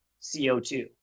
CO2